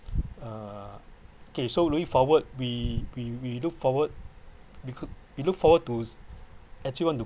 uh okay so looking forward we we we look forward be~ we look forward to actually want to